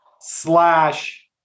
slash